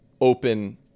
open